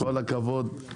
כשזה מגיע